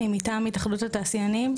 אני מטעם התאחדות התעשיינים.